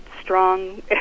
strong